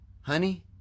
honey